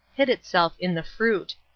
hid itself in the fruit.